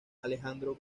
alejandro